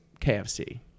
KFC